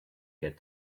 get